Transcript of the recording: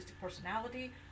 personality